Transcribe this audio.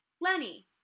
Lenny